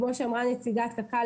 כמו שאמרה נציגת קק"ל,